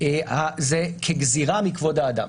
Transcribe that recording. זה כגזירה מכבוד האדם.